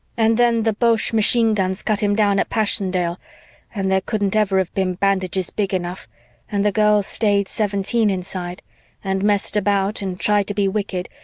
and then the boche machine guns cut him down at passchendaele and there couldn't ever have been bandages big enough and the girl stayed seventeen inside and messed about and tried to be wicked,